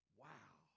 wow